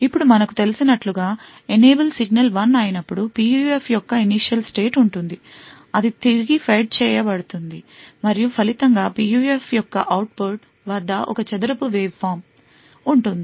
ఇప్పుడు మనకు తెలిసినట్లుగా ఎనేబుల్ సిగ్నల్ 1 అయినప్పుడు PUF యొక్క initial state ఉంటుంది అది తిరిగి ఫెడ్ చేయ బడుతుంది మరియు ఫలితంగా PUF యొక్క అవుట్ పుట్ వద్ద ఒక చదరపు వేవ్ రూపం ఉంటుంది